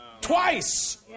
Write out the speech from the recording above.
Twice